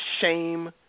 shame